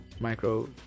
micro